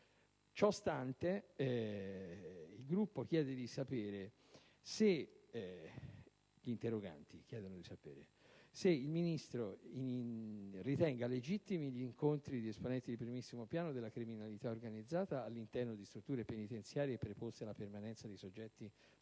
alleate», si chiede di sapere: se il Ministro in indirizzo ritenga legittimi gli incontri di esponenti di primissimo rilievo della criminalità organizzata, all'interno di strutture penitenziarie preposte alla permanenza di soggetti sottoposti